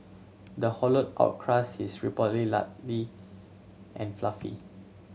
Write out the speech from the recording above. the hollowed out crust is reportedly lightly and fluffy